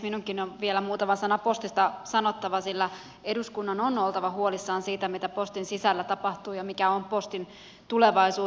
minunkin on vielä muutama sana postista sanottava sillä eduskunnan on oltava huolissaan siitä mitä postin sisällä tapahtuu ja mikä on postin tulevaisuus